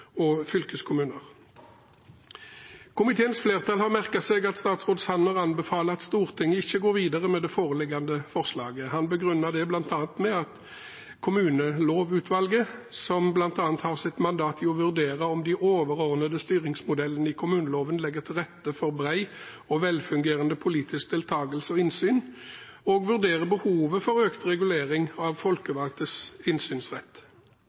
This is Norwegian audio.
og fylkeskommuner. Komiteens flertall har merket seg at statsråd Sanner anbefaler at Stortinget ikke går videre med det foreliggende forslaget. Han begrunner det bl.a. med at Kommunelovutvalget har i sitt mandat å vurdere om «de overordnede styringsmodellene i kommuneloven legger til rette for bred og velfungerende politisk deltakelse og innsyn» og vurdere behovet for økt regulering av folkevalgtes innsynsrett.